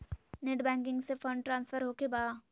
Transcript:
Net banking से fund transfer होखें बा?